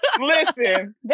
Listen